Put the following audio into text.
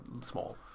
small